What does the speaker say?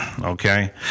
okay